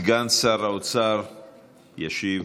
סגן שר האוצר ישיב.